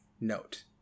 note